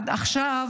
עד עכשיו